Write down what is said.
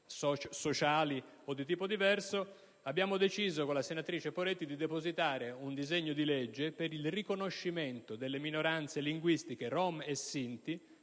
sociali o di tipo diverso), ho deciso con la senatrice Poretti di presentare un disegno di legge per il riconoscimento delle minoranze linguistiche rom e sinti